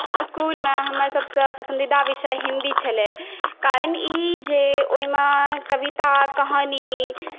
इस्कूलमे हमर सभसँ पसन्दीदा विषय हिन्दी छलै कारण ई जे ओहिमे कविता कहानी